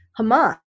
Hamas